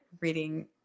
reading